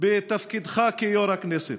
בתפקידך כיו"ר הכנסת.